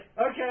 Okay